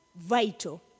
vital